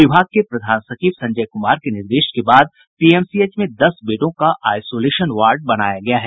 विभाग के प्रधान सचिव संजय कुमार के निर्देश के बाद पीएमसीएच में दस बेडों का आईसोलेशन वार्ड बनाया गया है